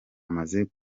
amaze